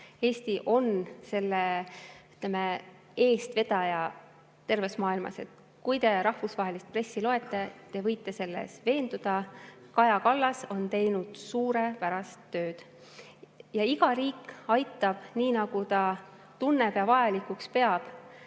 Eesti on selle eestvedaja terves maailmas. Kui te rahvusvahelist pressi loete, siis te võite selles veenduda. Kaja Kallas on teinud suurepärast tööd. Iga riik aitab nii, nagu ta tunneb, [et on